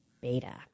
beta